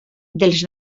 dels